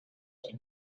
and